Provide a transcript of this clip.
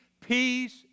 Peace